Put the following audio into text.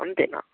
అంతేనా